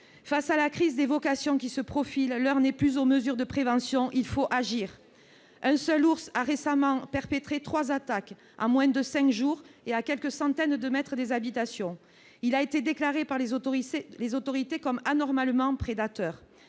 Face à la crise des vocations qui se profile, l'heure n'est plus aux mesures de prévention : il faut agir ! Un seul ours a récemment perpétré trois attaques en moins de cinq jours, à quelques centaines de mètres des habitations. Il a été présenté par les autorités comme anormalement prédateur.